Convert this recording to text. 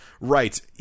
right